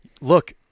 look